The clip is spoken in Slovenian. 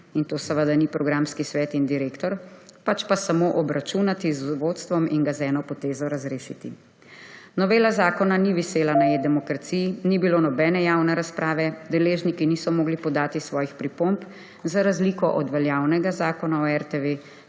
in to seveda ni programski svet in direktor, pač pa samo obračunati z vodstvom in ga z eno potezo razrešiti. Novela zakona ni visela na eDemokraciji, ni bilo nobene javne razprave, deležniki niso mogli podati svojih pripomb, za razliko od veljavnega zakona o RTV,